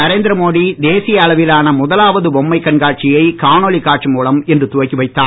நரேந்திர மோடி தேசிய அளவிலான முதலாவது பொம்மை கண்காட்சியை காணொளி காட்சி மூலம் இன்று துவக்கி வைத்தார்